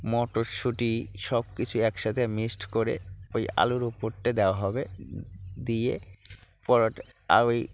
মটরশুঁটি সবকিছু একসাথে মিক্সড করে ওই আলুর ওপরটা দেওয়া হবে দিয়ে পরোটা ওই